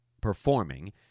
performing